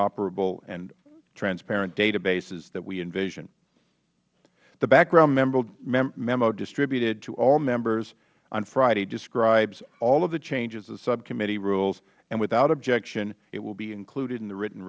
interoperable and transparent databases that we envision the background memo distributed to all members on friday describes all of the changes to the subcommittee rules and without objection it will be included in the written